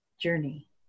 journey